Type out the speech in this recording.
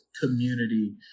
community